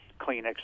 kleenex